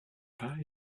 pas